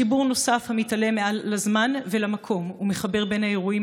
חיבור נוסף המתעלה מעל לזמן ולמקום ומחבר בין האירועים